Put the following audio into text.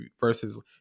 versus